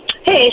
Hey